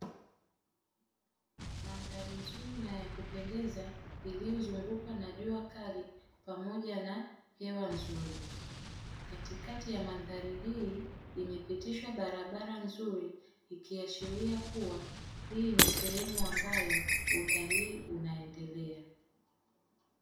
Mandhari nzuri na ya kupendeza, iliyozungukwa na jua kali pamoja na hewa nzuri. Katikati ya mandhari hii, imepitishwa barabara nzuri ikiashiria kuwa, hii ni sehemu ambayo utalii unaendelea.